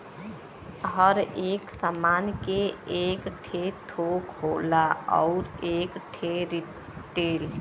हर एक सामान के एक ठे थोक होला अउर एक ठे रीटेल